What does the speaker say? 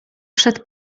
przed